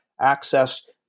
access